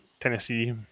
Tennessee